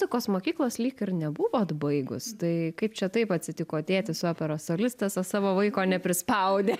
tokios mokyklos lyg ir nebuvot baigus tai kaip čia taip atsitiko tėtis operos solistas o savo vaiko neprispaudė